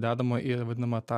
dedama į vadinamą tą